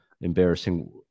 embarrassing